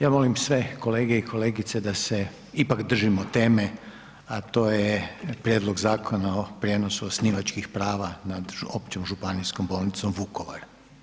Ja molim sve kolege i kolegice da se ipak držimo teme, a to je Prijedlog zakona o prijenosu osnivačkih prava nad Općom županijskom bolnicom Vukovar.